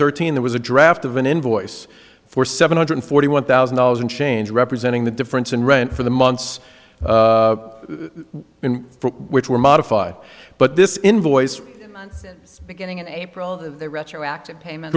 thirteen there was a draft of an invoice for seven hundred forty one thousand dollars in change representing the difference in rent for the months in which were modified but this invoice beginning in april a retroactive payment